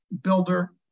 builder